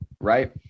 right